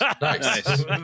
Nice